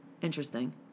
Interesting